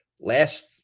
last